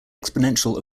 exponential